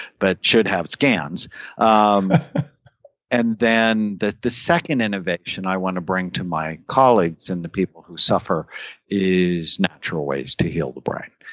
but should have scans um and then, the the second innovation i want to bring to my colleagues and the people who suffer is natural ways to heal the brain.